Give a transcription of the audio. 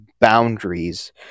boundaries